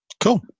Cool